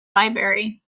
library